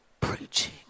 preaching